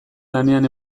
lanean